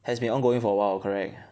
has been ongoing for awhile correct